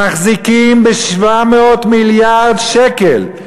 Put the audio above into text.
מחזיקות ב-700 מיליארד שקל,